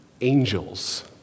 angels